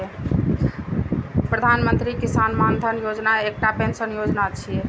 प्रधानमंत्री किसान मानधन योजना एकटा पेंशन योजना छियै